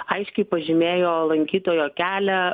aiškiai pažymėjo lankytojo kelią